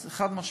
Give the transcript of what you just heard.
אז חד-משמעית,